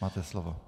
Máte slovo.